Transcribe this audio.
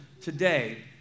today